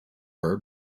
her